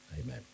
Amen